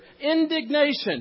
indignation